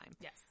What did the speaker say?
yes